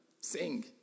sing